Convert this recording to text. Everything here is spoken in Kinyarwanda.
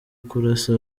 kurasa